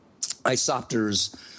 isopters